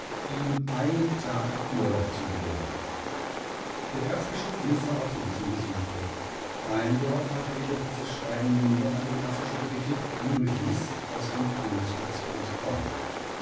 ihm einen tag urlaub zu gewähren der erzbischof willfahrte diesem gesuche rheindorf hatte jedoch dies schreiben nur an den erzbischof gerichtet um durch list aus dem kloster zu entkommen